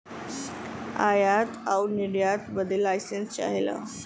आयात आउर निर्यात बदे लाइसेंस चाहला